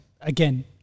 again